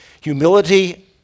Humility